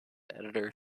editor